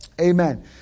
Amen